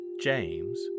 James